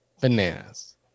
Bananas